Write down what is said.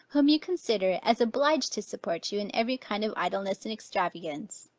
whom you consider as obliged to support you in every kind of idleness and extravagance?